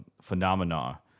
phenomena